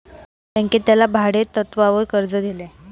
बँकेने त्याला भाडेतत्वावर कर्ज दिले